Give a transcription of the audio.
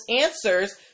answers